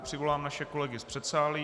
Přivolám naše kolegy z předsálí.